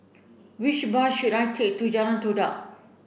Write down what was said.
which bus should I take to Jalan Todak